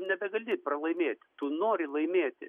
nebegali pralaimėti tu nori laimėti